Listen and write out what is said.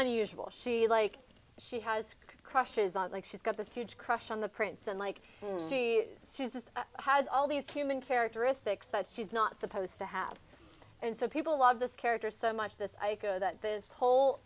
unusual she like she has crushes on like she's got this huge crush on the prince and like she chooses has all these human characteristics that she's not supposed to have and so people love this character so much the psycho that this whole